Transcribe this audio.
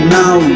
now